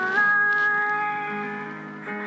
life